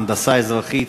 הנדסה אזרחית,